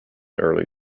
early